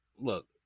Look